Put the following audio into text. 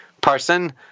person